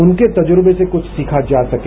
उनके तजुर्वे से कुछ सीखा जा सके